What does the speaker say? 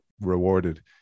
rewarded